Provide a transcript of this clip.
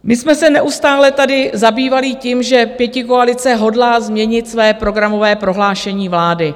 My jsme se neustále tady zabývali tím, že pětikoalice hodlá změnit své programové prohlášení vlády.